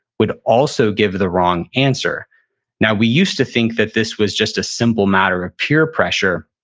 would also give the wrong answer now we used to think that this was just a simple matter of peer pressure,